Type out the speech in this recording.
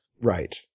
Right